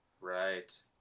right